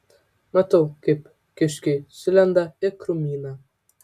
matau kaip kiškiai sulenda į krūmyną